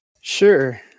Sure